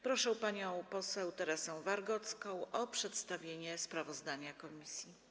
Proszę panią poseł Teresę Wargocką o przedstawienie sprawozdania komisji.